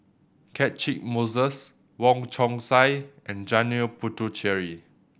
Catchick Moses Wong Chong Sai and Janil Puthucheary